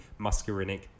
Muscarinic